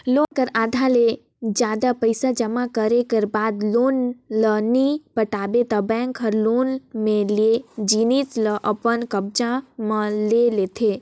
loan कर आधा ले जादा पइसा जमा करे कर बाद लोन ल नी पटाबे ता बेंक हर लोन में लेय जिनिस ल अपन कब्जा म ले लेथे